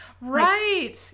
Right